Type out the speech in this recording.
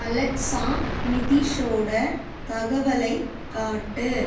Alexa நிதிஷோடய தகவலை காட்டு